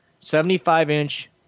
75-inch